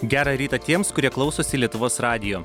gerą rytą tiems kurie klausosi lietuvos radijo